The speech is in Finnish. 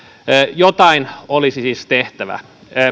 jotain olisi siis tehtävä